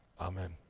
Amen